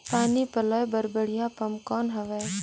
पानी पलोय बर बढ़िया पम्प कौन हवय?